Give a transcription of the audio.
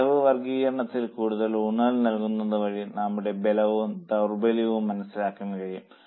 ചെലവ് വർഗ്ഗീകരണത്തിൽ കൂടുതൽ ഊന്നൽ നൽകുന്നതു വഴി നമ്മുടെ ബലവും ദൌർബല്യവും മനസ്സിലാക്കാൻ കഴിയും